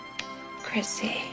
Chrissy